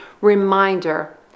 reminder